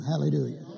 Hallelujah